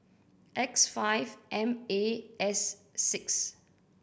X five M A S six